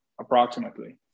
approximately